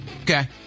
Okay